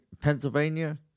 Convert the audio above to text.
Pennsylvania